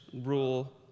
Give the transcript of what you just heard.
rule